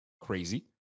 Crazy